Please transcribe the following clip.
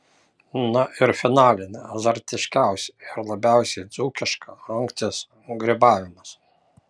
na ir finalinė azartiškiausia ir labiausiai dzūkiška rungtis grybavimas